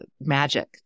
magic